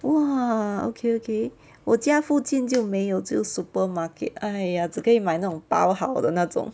!wah! okay okay 我家附近就没有只有 supermarket !aiya! 只可以买那种包好的那种